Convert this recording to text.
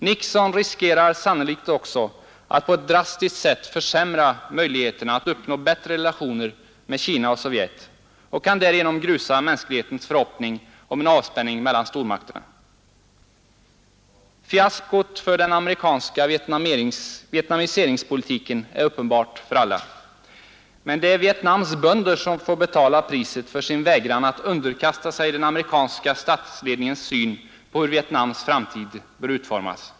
Nixon riskerar sannolikt också att på ett drastiskt sätt försämra möjligheterna att nå bättre relationer till Kina och Sovjet och kan därigenom grusa mänsklighetens förhoppning om en avspänning mellan stormakterna. Fiaskot för den amerikanska vietnamiseringspolitiken är uppenbart för alla. Men det är Vietnams bönder som nu får betala priset för sin vägran att underkasta sig den amerikanska statsledningens syn på hur Vietnams framtid bör utformas.